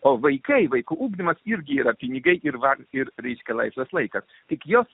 o vaikai vaikų ugdymas irgi yra pinigai ir va ir reiškia laisvas laikas tik jos